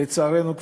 לצערנו,